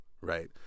right